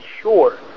sure